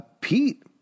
Pete